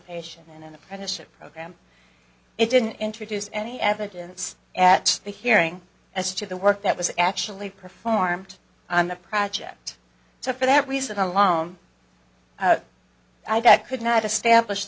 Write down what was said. patient in an apprenticeship program it didn't introduce any evidence at the hearing as to the work that was actually performed on the project so for that reason alone i could not establish